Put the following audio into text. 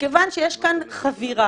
מכיוון שיש כאן חבירה,